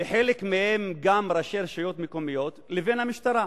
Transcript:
שחלק מהן גם ראשי רשויות מקומיות, לבין המשטרה.